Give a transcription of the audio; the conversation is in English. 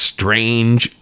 Strange